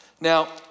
Now